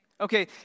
Okay